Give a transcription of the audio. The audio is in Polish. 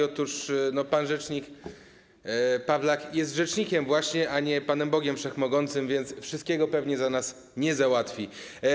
Otóż pan rzecznik Pawlak jest rzecznikiem właśnie, a nie Panem Bogiem Wszechmogącym, więc wszystkiego pewnie za nas nie załatwi.